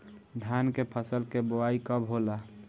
धान के फ़सल के बोआई कब होला?